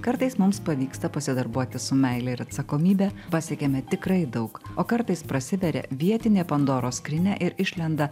kartais mums pavyksta pasidarbuoti su meile ir atsakomybe pasiekiame tikrai daug o kartais prasiveria vietinė pandoros skrynia ir išlenda